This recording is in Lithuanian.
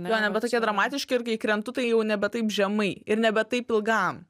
jo nebe tokie dramatiški ir kai krentu tai jau nebe taip žemai ir nebe taip ilgam